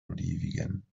bolivien